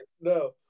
No